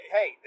Hey